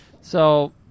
So-